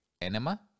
Enema